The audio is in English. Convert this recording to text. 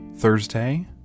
thursday